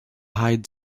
hyde